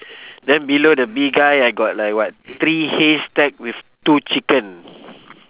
then below the bee guy I got like what three haystack with two chicken